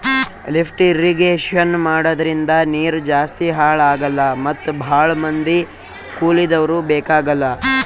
lift irrigation ಮಾಡದ್ರಿಂದ ನೀರ್ ಜಾಸ್ತಿ ಹಾಳ್ ಆಗಲ್ಲಾ ಮತ್ ಭಾಳ್ ಮಂದಿ ಕೂಲಿದವ್ರು ಬೇಕಾಗಲ್